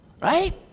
Right